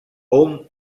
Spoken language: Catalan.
hom